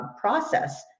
process